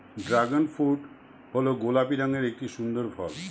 dragon fruit হল গোলাপি রঙের একটি সুন্দর ফল